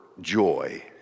joy